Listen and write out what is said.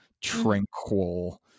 tranquil